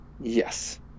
Yes